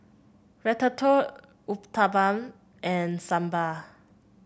Ratatouille Uthapam and Sambar